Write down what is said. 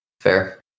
fair